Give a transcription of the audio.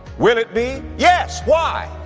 will it be? yes! why?